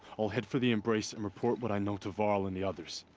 i'll head for the embrace, and report what i know to varl and the others.